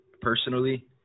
personally